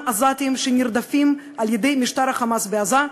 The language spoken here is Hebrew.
עזתים שנרדפים על-ידי משטר ה"חמאס" בעזה.